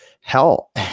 hell